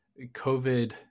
COVID